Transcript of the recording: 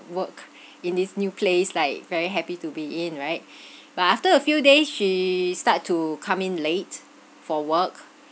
work in this new place like very happy to be in right but after a few days she start to come in late for work